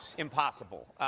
impossible.